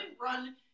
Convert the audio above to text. run